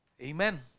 amen